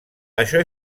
això